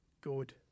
good